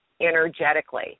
energetically